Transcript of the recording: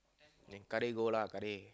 then Kadir go lah Kadir